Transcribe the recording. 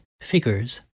figures